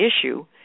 issue